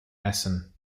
essen